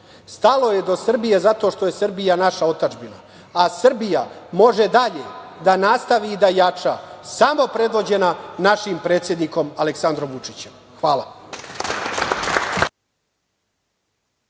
Stalo je do Srbije zato što je Srbija naša otadžbina, a Srbija može dalje da nastavi i da jača samo predvođena našim predsednikom Aleksandrom Vučićem. Hvala.